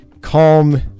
calm